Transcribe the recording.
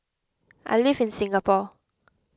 I live in Singapore